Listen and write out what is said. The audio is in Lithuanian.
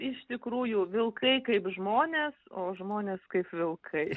iš tikrųjų vilkai kaip žmonės o žmonės kaip vilkai